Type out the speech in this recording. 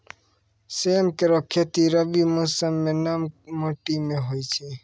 सेम केरो खेती रबी मौसम म नम माटी में होय छै